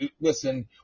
Listen